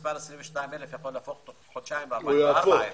המספר 22,000 יכול להפוך תוך חודשיים ל-44,000.